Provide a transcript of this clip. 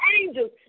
angels